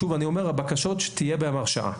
שוב אני אומר, הבקשות שתהיה בהן הרשעה.